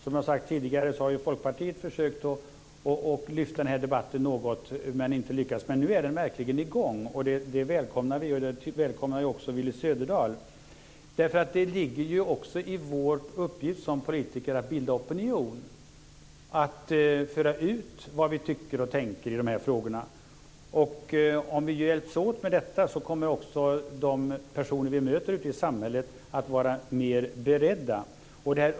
Folkpartiet har försökt att lyfta fram debatten men har inte lyckats. Men nu är den verkligen i gång. Det välkomnar vi, och det välkomnar även Willy Söderdahl. Det ligger i vår uppgift som politiker att bilda opinion, att föra ut vad vi tycker och tänker i frågorna. Om vi hjälps åt med detta kommer de personer vi möter i samhället att vara mer beredda.